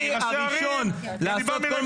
כי ראשי ערים --- אני הראשון לעשות כל מה